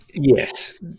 yes